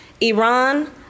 Iran